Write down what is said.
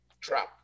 trap